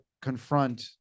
confront